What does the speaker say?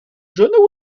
john